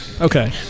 Okay